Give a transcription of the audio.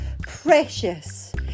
precious